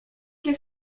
się